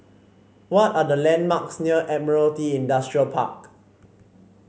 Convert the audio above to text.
what are the landmarks near Admiralty Industrial Park